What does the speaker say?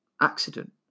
accident